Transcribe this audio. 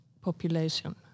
population